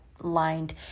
lined